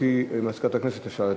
גברתי, מזכירת הכנסת, אפשר להתחיל.